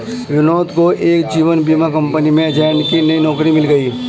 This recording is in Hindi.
विनोद को एक जीवन बीमा कंपनी में एजेंट की नई नौकरी मिल गयी